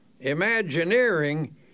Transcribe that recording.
Imagineering